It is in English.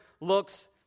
looks